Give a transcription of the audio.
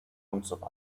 usw